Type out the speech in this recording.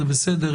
זה בסדר,